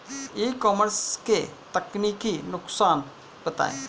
ई commerce के तकनीकी नुकसान बताएं?